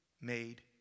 made